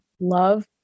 love